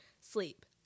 Sleep